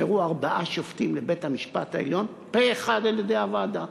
נבחרו ארבעה שופטים לבית-המשפט העליון פה אחד על-ידי הוועדה.